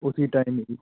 ਉਸੀ ਟਾਈਮ ਹੀ